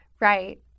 Right